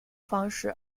方式